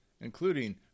including